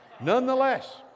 nonetheless